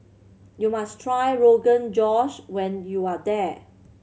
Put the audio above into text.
you must try Rogan Josh when you are here